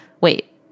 wait